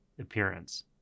appearance